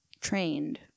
trained